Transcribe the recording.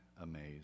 amazed